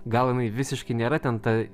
gal jinai visiškai nėra ten ta